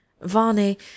Varney